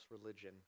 religion